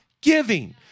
giving